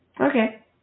Okay